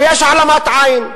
ויש העלמת עין.